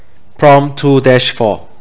prompt two dash four